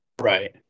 right